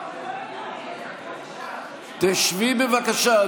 תשבי, בבקשה.